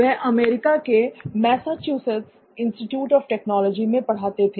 वह अमेरिका के Massachusetts Institute of Technology मैं पढ़ाते थे